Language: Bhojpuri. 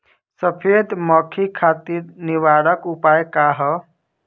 सफेद मक्खी खातिर निवारक उपाय का ह?